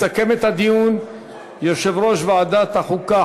יסכם את הדיון יושב-ראש ועדת החוקה,